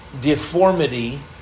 deformity